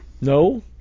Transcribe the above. No